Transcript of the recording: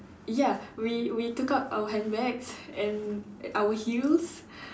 ya we we took out our handbags and our heels